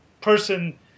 person